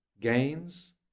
gains